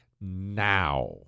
now